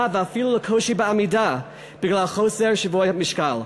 ואפילו לקושי בעמידה בגלל חוסר שיווי המשקל.